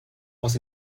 was